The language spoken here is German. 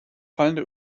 fallende